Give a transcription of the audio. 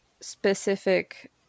specific